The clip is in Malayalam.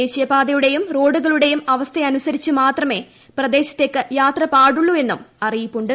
ദേശീയപാതയുടെയും റോഡുകളുടെയും അവസ്ഥയനുസരിച്ച് മാത്രമേ പ്രദേശത്തേക്ക് യാത്ര പാടുള്ളൂ എന്നും അറിയിപ്പുണ്ട്